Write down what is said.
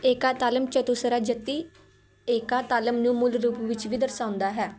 ਏਕਾ ਤਾਲਮ ਚਥੂਸਰਾ ਜਤੀ ਏਕਾ ਤਾਲਮ ਨੂੰ ਮੂਲ ਰੂਪ ਵਿੱਚ ਵੀ ਦਰਸਾਉਂਦਾ ਹੈ